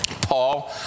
Paul